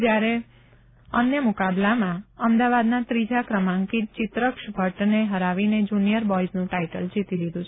જ્યારે અઅય મુકાબલામાં અમદાવાદના ત્રીજા ક્રમાંકિત ચિત્રક્ષ ભટ્ટને હરાવીને જૂનિયર બોયઝનું ટાઇટલ જીતી લીધું છે